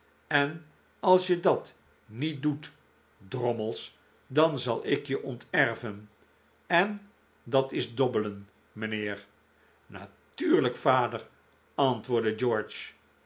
en als je dat niet doet drommels dan zal ik je onterven en dat is dobbelen mijnheer natuurlijk vader antwoordde george